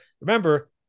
remember